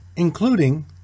including